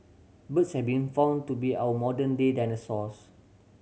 birds have been found to be our modern day dinosaurs